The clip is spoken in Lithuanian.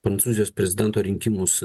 prancūzijos prezidento rinkimus